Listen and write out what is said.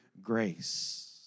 grace